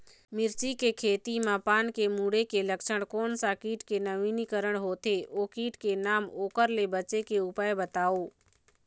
मिर्ची के खेती मा पान के मुड़े के लक्षण कोन सा कीट के नवीनीकरण होथे ओ कीट के नाम ओकर ले बचे के उपाय बताओ?